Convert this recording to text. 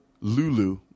Lulu